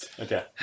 Okay